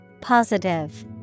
Positive